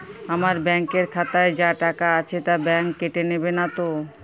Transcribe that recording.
আমার ব্যাঙ্ক এর খাতায় যা টাকা আছে তা বাংক কেটে নেবে নাতো?